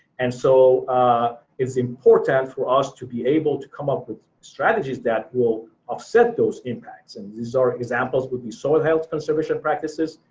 and so it's important for us to be able to come up with strategies that will offset those impacts. and these are examples would be soil health conservation practices,